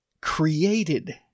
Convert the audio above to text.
created